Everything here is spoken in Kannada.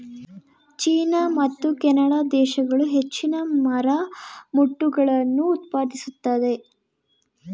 ಚೀನಾ ಮತ್ತು ಕೆನಡಾ ದೇಶಗಳು ಹೆಚ್ಚಿನ ಮರಮುಟ್ಟುಗಳನ್ನು ಉತ್ಪಾದಿಸುತ್ತದೆ